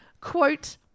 Quote